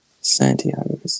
Santiago